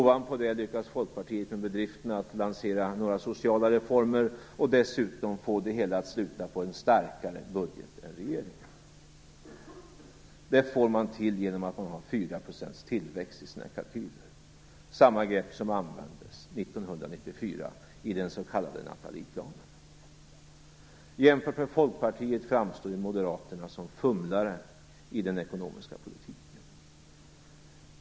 Ovanpå det lyckas Folkpartiet med bedriften att lansera några sociala reformer och dessutom att få det hela att sluta på en starkare budget än regeringen. Den får man till genom att man har 4 % tillväxt i sina kalkyler - samma grepp som användes 1994 i den s.k. Jämfört med Folkpartiet framstår Moderaterna som fumlare i den ekonomiska politiken.